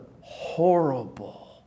horrible